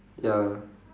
ya